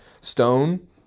stone